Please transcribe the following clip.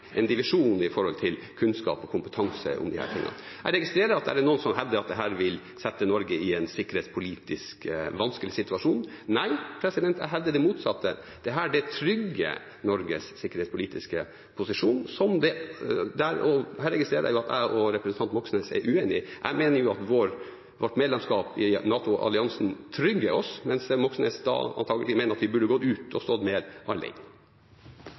en divisjon når det gjelder kunnskap og kompetanse. Jeg registrerer at det er noen som hevder at dette vil sette Norge i en sikkerhetspolitisk vanskelig situasjon. Jeg vil hevde det motsatte. Dette trygger Norges sikkerhetspolitiske posisjon. Her registrerer jeg at representanten Moxnes og jeg er uenige. Jeg mener at vårt medlemskap i NATO-alliansen trygger oss, mens representanten Moxnes antakelig mener at vi burde gå ut og stått mer alene. Replikkordskiftet er omme. : Eg vil kort starta med å gjera greie for næringskomiteens behandling av